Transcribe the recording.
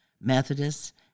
Methodist